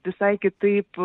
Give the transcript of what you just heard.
visai kitaip